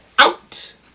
out